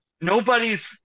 nobody's